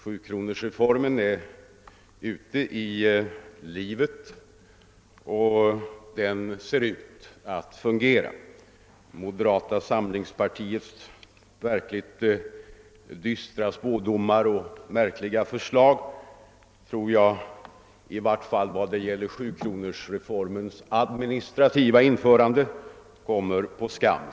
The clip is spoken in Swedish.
Sjukronorsreformen är nu ute i livet, och den ser ut att fungera. Moderata samlingspartiets dystra spådomar och märkliga förslag vad gäller sjukronorsreformens administrativa införande tror jag kommer på skam.